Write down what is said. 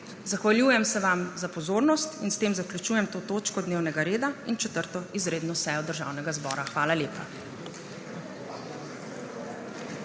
Zahvaljujem se vam za pozornost in s tem zaključujem to točko dnevnega reda in 4. izredno sejo Državnega zbora. Hvala lepa.